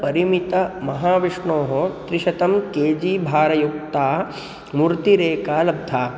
परिमितमहाविष्णोः त्रिशतं K G भारयुक्ता मूर्तिरेका लब्धा